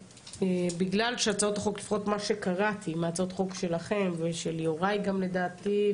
בגלל שהצעות החוק שלכן ושל יוראי גם לדעתי ממה